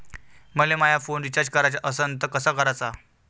मले माया phone recharge कराचा असन तर कसा कराचा?